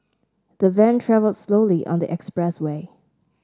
the van travelled slowly on the expressway